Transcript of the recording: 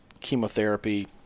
chemotherapy